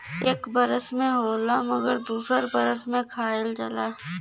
एक बरस में होला मगर दू बरस खायल जाला